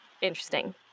interesting